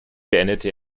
beendete